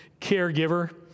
caregiver